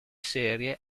serie